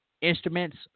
instruments